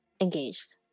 engaged